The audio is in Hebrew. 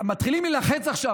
מתחילים להילחץ עכשיו,